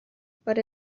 but